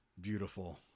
beautiful